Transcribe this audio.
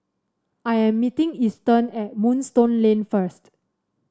I am meeting Easton at Moonstone Lane first